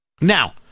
Now